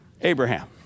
Abraham